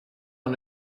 una